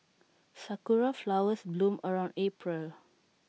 Sakura Flowers bloom around April